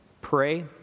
pray